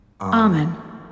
Amen